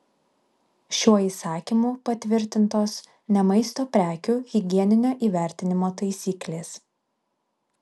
šiuo įsakymu patvirtintos ne maisto prekių higieninio įvertinimo taisyklės